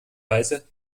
weise